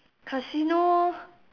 casino